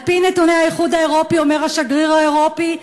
על-פי נתוני האיחוד האירופי, אומר השגריר האירופי,